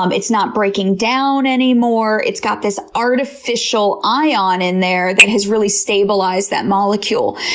um it's not breaking down anymore. it's got this artificial ion in there that has really stabilized that molecule.